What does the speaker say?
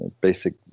basic